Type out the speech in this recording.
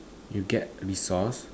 you get resource